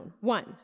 One